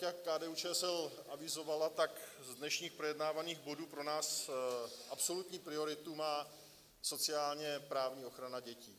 Jak KDUČSL avizovala, z dnešních projednávaných bodů pro nás absolutní prioritu má sociálněprávní ochrana dětí.